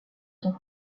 s’en